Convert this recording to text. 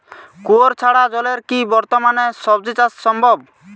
কুয়োর ছাড়া কলের কি বর্তমানে শ্বজিচাষ সম্ভব?